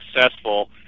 successful